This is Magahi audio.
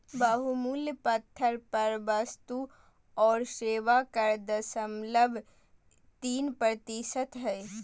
बहुमूल्य पत्थर पर वस्तु और सेवा कर दशमलव तीन प्रतिशत हय